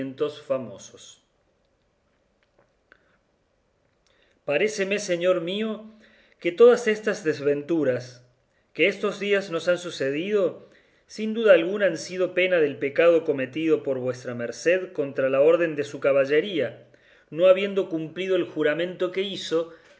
acontecimientos famosos paréceme señor mío que todas estas desventuras que estos días nos han sucedido sin duda alguna han sido pena del pecado cometido por vuestra merced contra la orden de su caballería no habiendo cumplido el juramento que hizo